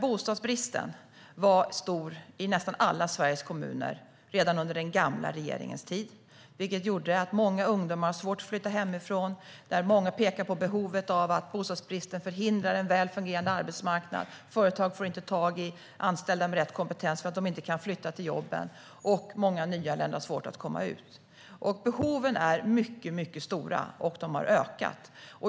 Bostadsbristen var nämligen stor i nästan alla Sveriges kommuner redan under den gamla regeringens tid, vilket gjorde att många ungdomar har svårt att flytta hemifrån, och många pekar på att bostadsbristen förhindrar en väl fungerande arbetsmarknad. Företag får inte tag i anställda med rätt kompetens, för de kan inte flytta till jobben. Många nyanlända har också svårt att komma ut. Behoven är mycket stora, och de har ökat.